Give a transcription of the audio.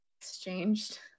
exchanged